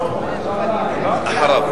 זאב, אחריו,